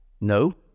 No